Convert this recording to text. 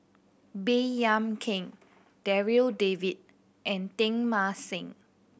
Baey Yam Keng Darryl David and Teng Mah Seng